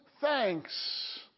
thanks